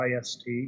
IST